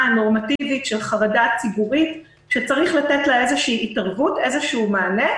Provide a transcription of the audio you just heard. נורמטיבית של חרדה ציבורית שצריך לתת לה איזו התערבות ומענה.